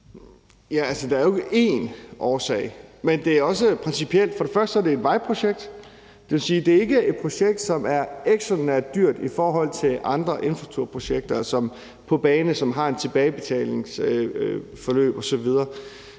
Danielsen): Der er jo ikke én årsag. Det er også principielt. Først og fremmest er det et vejprojekt. Det vil sige, at det ikke er et projekt, som er ekstraordinært dyrt i forhold til andre infrastrukturprojekter på bane, som har et tilbagebetalingsforløb osv.